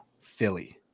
Philly